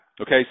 okay